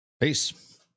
Peace